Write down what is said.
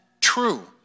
true